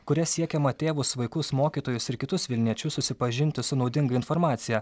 kuria siekiama tėvus vaikus mokytojus ir kitus vilniečius susipažinti su naudinga informacija